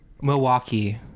milwaukee